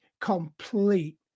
complete